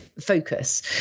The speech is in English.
focus